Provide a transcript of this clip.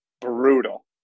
brutal